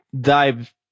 dive